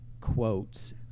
quotes